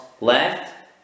left